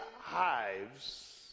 hives